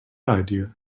idea